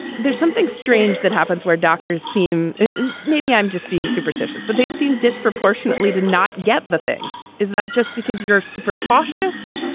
there's something strange that happens where doctors seem maybe i'm just being superstitious, but they seem disproportionately to not get. the thing is that just because you're super cautious,